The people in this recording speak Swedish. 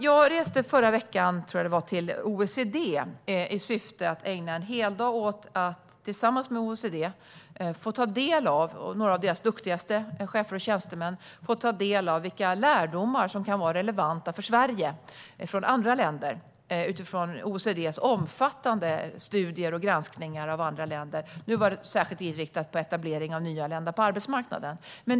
Jag reste förra veckan, tror jag att det var, till OECD i syfte att ägna en heldag åt att tillsammans med några av OECD:s duktigaste chefer och tjänstemän ta del av vilka lärdomar som kan vara relevanta för Sverige utifrån OECD:s omfattande studier och granskningar av andra länder. Nu var det särskilt inriktat på etablering av nyanlända på arbetsmarknaden.